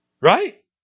Right